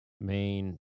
main